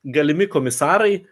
galimi komisarai